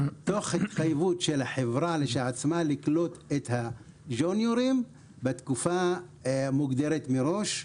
תוך התחייבות של החברה לקלוט את הג'וניורים בתקופה מוגדרת מראש,